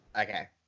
Okay